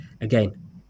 again